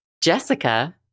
Jessica